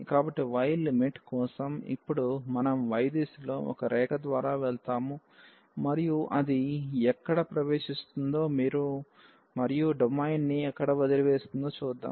కాబట్టి y limit కోసం ఇప్పుడు మనం y దిశలో ఒక రేఖ ద్వారా వెళ్తాము మరియు అది ఎక్కడ ప్రవేశిస్తుందో మరియు డొమైన్ని ఎక్కడ వదిలివేస్తుందో చూద్దాం